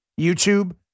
YouTube